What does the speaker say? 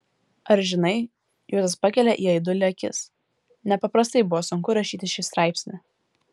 ar žinai juozas pakelia į aidulį akis nepaprastai buvo sunku rašyti šį straipsnį